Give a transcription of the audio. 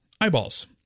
eyeballs